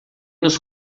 nos